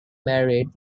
married